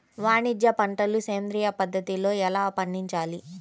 వాణిజ్య పంటలు సేంద్రియ పద్ధతిలో ఎలా పండించాలి?